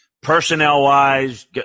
personnel-wise